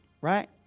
right